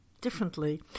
differently